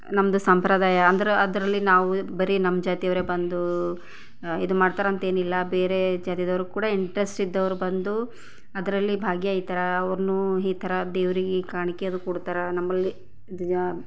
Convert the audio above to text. ನಮ್ಮದು ಸಂಪ್ರದಾಯ ಅಂದ್ರೆ ಅದರಲ್ಲಿ ನಾವು ಬರೀ ನಮ್ಮ ಜಾತಿಯವ್ರೇ ಬಂದು ಇದು ಮಾಡ್ತಾರಂತೇನಿಲ್ಲ ಬೇರೆ ಜಾತಿಯವ್ರೂ ಕೂಡ ಇಂಟ್ರೆಸ್ಟ್ ಇದ್ದವರು ಬಂದು ಅದರಲ್ಲಿ ಭಾಗಿ ಆಗ್ತಾರೆ ಅವ್ರನ್ನೂ ಈ ಥರ ದೇವ್ರಿಗೆ ಕಾಣಿಕೆಯದು ಕೊಡ್ತಾರೆ ನಮ್ಮಲ್ಲಿ